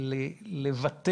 ולוותר